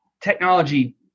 technology